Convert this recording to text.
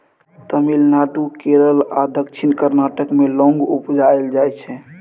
तमिलनाडु, केरल आ दक्षिण कर्नाटक मे लौंग उपजाएल जाइ छै